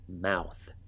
mouth